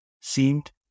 seemed